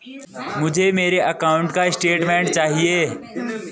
मुझे मेरे अकाउंट का स्टेटमेंट चाहिए?